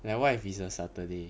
like what if it's a saturday